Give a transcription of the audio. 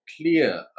clear